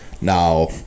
Now